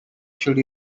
should